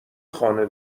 خانه